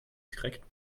direkt